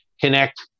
connect